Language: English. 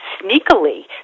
sneakily